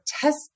test